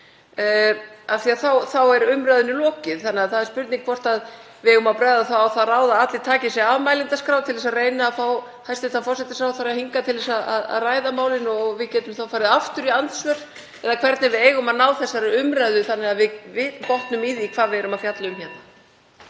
þá er umræðunni lokið. Það er spurning hvort við eigum að bregða á það ráð að allir taki sig af mælendaskrá til að reyna að fá hæstv. forsætisráðherra hingað til að ræða málin og við getum þá farið aftur í andsvör, eða hvernig eigum við að ná þessari umræðu þannig að við botnum í því hvað við erum að fjalla um hérna?